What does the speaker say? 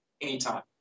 anytime